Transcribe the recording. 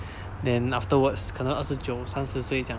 then afterwards 可能二十九三十岁这样